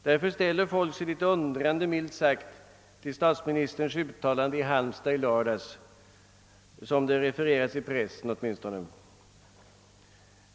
Därför ställer folk sig litet undrande milt sagt till statsministerns uttalande i Halmstad i lördags som det refereras i pressen åtminstone.